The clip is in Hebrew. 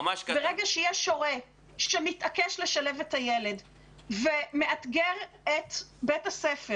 כשיש הורה שמתעקש לשלב את הילד ומאתגר את בית הספר